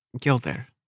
Gilder